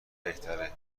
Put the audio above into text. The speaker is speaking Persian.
بهتره